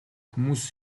хүмүүс